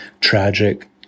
tragic